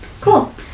cool